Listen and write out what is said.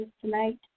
tonight